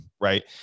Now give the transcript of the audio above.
right